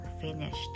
finished